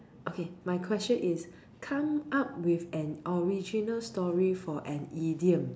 okay my question is come up with an original story for an idiom